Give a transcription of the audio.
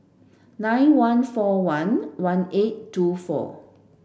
nine one four one one eight two four